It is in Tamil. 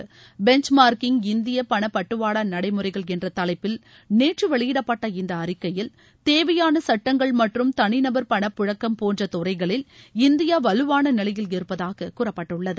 பெஞ்ச் மார்க்கிங் இந்திய பண பட்டுவாடா நடைமுறைகள் என்ற தலைப்பில் நேற்று வெளியிடப்பட்ட இந்த அறிக்கையில் தேவையாள சுட்டங்கள் மற்றும் தனி நபர் பணப் பழக்கம் போன்ற துறைகளில் இந்தியா வலுவான நிலையில் இருப்பதாக கூறப்பட்டுள்ளது